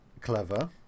Clever